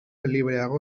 libreago